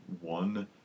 one